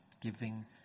giving